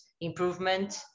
improvement